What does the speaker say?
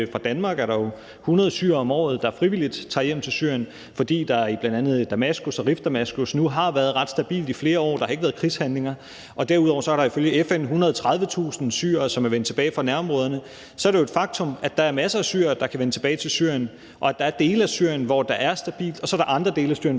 Fra Danmark er der jo 100 syrere om året, der frivilligt tager hjem til Syrien, fordi der i bl.a. Damaskus og Rif Damaskus nu har været ret stabilt i flere år, der har ikke været krigshandlinger, og derudover er der ifølge FN 130.000 syrere, som er vendt tilbage fra nærområderne. Så er det jo et faktum, at der er masser af syrere, der kan vende tilbage til Syrien, og at der er dele af Syrien, hvor der er stabilt, og så er der andre dele af Syrien,